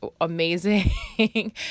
amazing